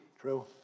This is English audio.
True